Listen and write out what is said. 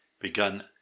begun